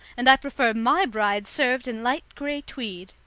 and i prefer my bride served in light grey tweed.